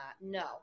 No